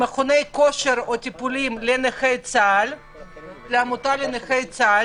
מכוני כושר או טיפולים לעמותה של נכי צה"ל,